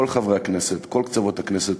כל חברי הכנסת, כל קצוות הכנסת,